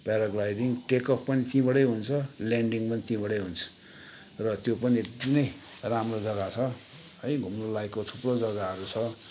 paragliding take up पनि त्यहीँबाटै हुन्छ ल्यान्डिङ पनि त्यहीँबाटै हुन्छ र त्यो पनि एकदमै राम्रो जग्गा छ है घुम्नुलायकको थुप्रो जग्गाहरू छ